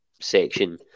section